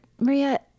Maria